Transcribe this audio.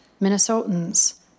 Minnesotans